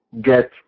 get